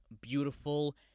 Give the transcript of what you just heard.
beautiful